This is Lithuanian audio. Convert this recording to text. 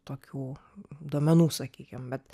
tokių duomenų sakykim bet